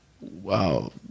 wow